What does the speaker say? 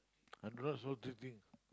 I don't like salty thing